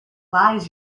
lies